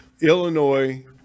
Illinois